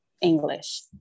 English